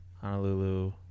Honolulu